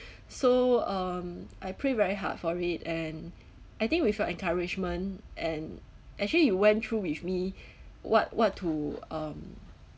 so um I pray very hard for it and I think with your encouragement and actually you went through with me what what to um